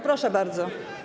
Proszę bardzo.